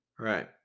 Right